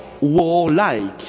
warlike